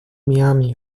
miami